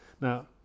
Now